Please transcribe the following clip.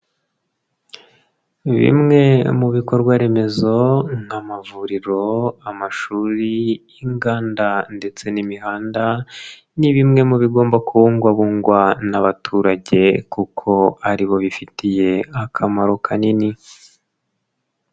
Bimwe mu bikorwaremezo nk'amavuriro, amashuri, inganda ndetse n'imihanda ni bimwe mu bigomba kubungwabungwa n'abaturage kuko ari bo bifitiye akamaro kanini.